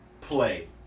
Play